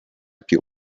più